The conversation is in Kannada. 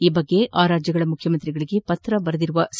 ಈ ಬಗ್ಗೆ ಆ ರಾಜ್ಯಗಳ ಮುಖ್ಯಮಂತ್ರಿಗಳಿಗೆ ಪತ್ರ ಬರೆದಿರುವ ಡಾ